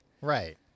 Right